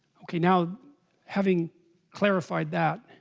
okay now having clarified that